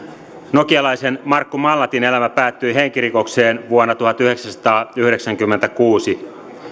nokialaisen markku mallatin elämä päättyi henkirikokseen vuonna tuhatyhdeksänsataayhdeksänkymmentäkuusi